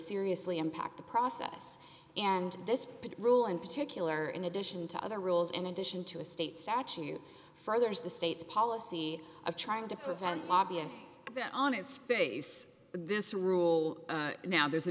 seriously impact the process and this rule in particular in addition to other rules in addition to a state statute furthers the state's policy of trying to prevent obvious that on its face this rule now there's a